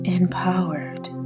empowered